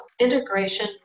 integration